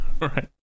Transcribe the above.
right